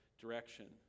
direction